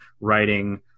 writing